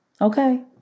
Okay